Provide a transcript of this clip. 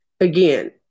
again